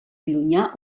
llunyà